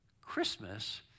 Christmas